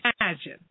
imagine